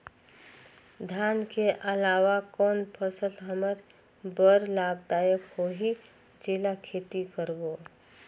धान के अलावा कौन फसल हमर बर लाभदायक होही जेला खेती करबो?